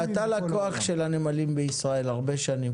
אתה לקוח של הנמלים בישראל הרבה שנים.